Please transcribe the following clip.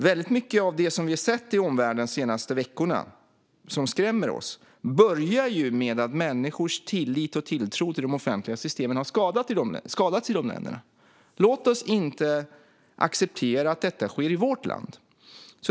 Väldigt mycket av det vi sett i omvärlden de senaste veckorna som skrämmer oss börjar med att människors tillit och tilltro till de offentliga systemen har skadats i de länderna. Låt oss inte acceptera att detta sker i vårt land.